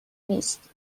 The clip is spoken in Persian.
نیست